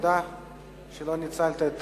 תודה שלא ניצלת את